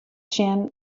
sjen